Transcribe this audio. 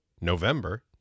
November